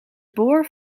boor